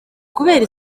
kubera